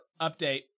update